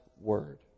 Word